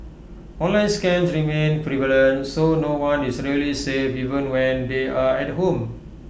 online scams remain prevalent so no one is really safe even when they're at home